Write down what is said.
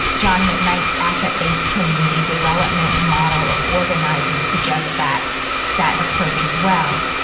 john mcknight's asset-based community development model of organizing suggests that that approach as well.